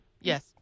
Yes